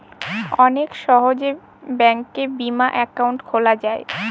অনেক সহজে ব্যাঙ্কে বিমা একাউন্ট খোলা যায়